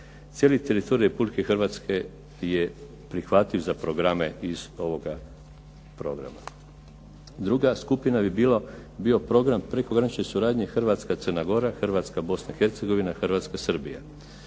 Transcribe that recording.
Cijeli teritorij Republike Hrvatske je prihvatljiv za programe iz ovoga programa. Druga skupina bi bio Program prekogranične suradnje Hrvatska – Crna Gora, Hrvatska – Bosna i Hercegovina, Hrvatska – Srbija.